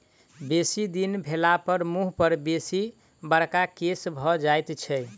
बेसी दिन भेलापर मुँह पर बेसी बड़का केश भ जाइत छै